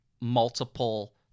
multiple